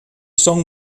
song